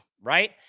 right